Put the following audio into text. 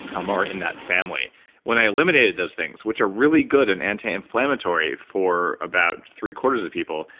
um are in that family when i eliminated those things, which are really good and anti-inflammatory for about three quarters of people,